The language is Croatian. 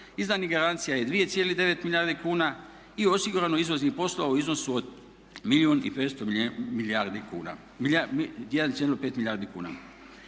izdanih garancija je 2,9 milijardi kuna i osigurano izvoznih poslova u iznosu od 1 milijun